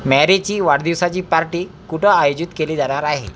मॅरीची वाढदिवसाची पार्टी कुठं आयोजित केली जाणार आहे